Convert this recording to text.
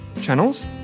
channels